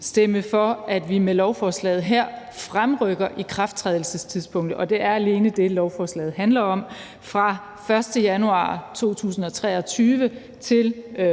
stemme for, at vi med lovforslaget her fremrykker ikrafttrædelsestidspunktet – og det er alene det, lovforslaget handler om – fra den 1. januar 2023 til den